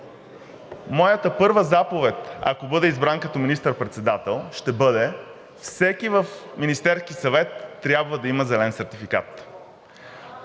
моята първа заповед, ако бъда избран като министър-председател, ще бъде: всеки в Министерския съвет трябва да има зелен сертификат.